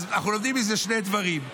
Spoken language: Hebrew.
אנחנו לומדים מזה שני דברים: